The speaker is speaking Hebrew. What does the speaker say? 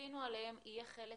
שכפינו עליהם יהיה חלק